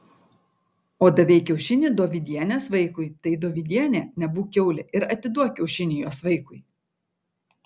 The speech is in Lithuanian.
o davei kiaušinį dovydienės vaikui tai dovydiene nebūk kiaulė ir atiduok kiaušinį jos vaikui